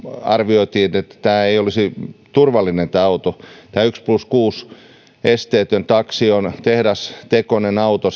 arvioitiin että tämä auto ei olisi turvallinen tämä esteetön yksi plus kuusi taksi on tehdastekoinen auto